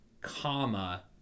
comma